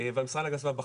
והמשרד להגנת הסביבה,